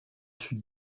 tue